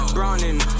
Browning